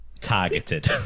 Targeted